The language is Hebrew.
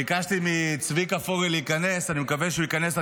ביקשתי מצביקה פוגל להיכנס, אני מקווה שהוא ייכנס.